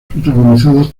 protagonizada